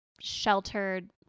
sheltered